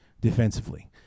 defensively